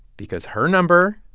because her number